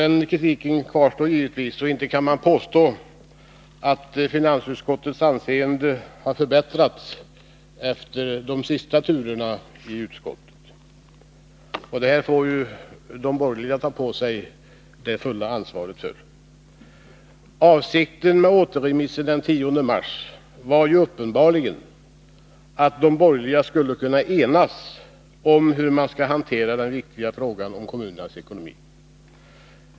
Den kritiken kvarstår givetvis, och inte kan man påstå att finansutskottets anseende har förbättrats efter de senaste turerna i utskottet. Detta får de borgerliga partierna ta på sig hela ansvaret för. Avsikten med återremissen den 10 mars var uppenbarligen att de borgerliga partierna i finansutskottet skulle kunna enas om hur man skall hantera den viktiga frågan om kommunernas ekonomi.